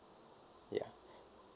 ya